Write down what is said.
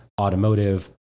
automotive